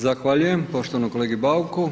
Zahvaljujem poštovanom kolegi Bauku.